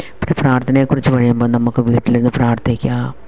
പ്പ പ്രാർത്ഥനയെക്കുറിച്ച് പറയുമ്പോൾ നമുക്ക് വീട്ടിലിരുന്ന് പ്രാർത്ഥിക്കുക